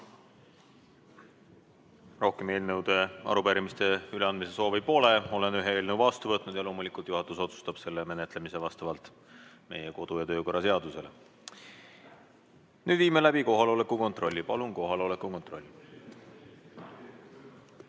Rohkem eelnõude ja arupärimiste üleandmise soovi pole. Olen vastu võtnud ühe eelnõu ja loomulikult juhatus otsustab selle menetlemise vastavalt meie kodu- ja töökorra seadusele. Nüüd viime läbi kohaloleku kontrolli. Palun kohaloleku kontroll.